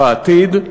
בעתיד,